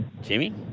Jimmy